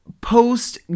post